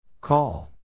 Call